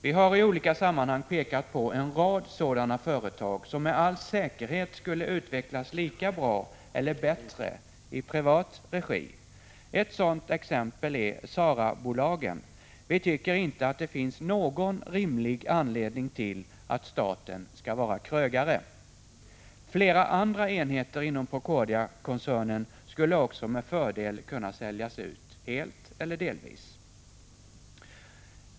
Vi har i olika sammanhang pekat på en rad sådana företag, som med all säkerhet skulle utvecklas lika bra, eller bättre, i privat regi. Ett sådant exempel är SARA-bolagen. Vi tycker inte att det finns någon rimlig anledning till att staten skall vara krögare. Flera andra enheter inom Procordiakoncernen skulle också med fördel helt eller delvis kunna säljas ut.